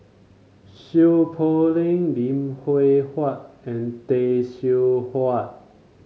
Seow Poh Leng Lim Hwee Hua and Tay Seow Huah